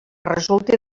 resulti